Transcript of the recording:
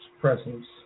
presence